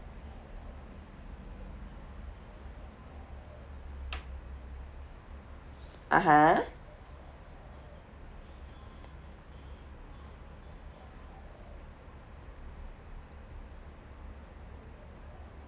uh (huh)